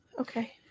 okay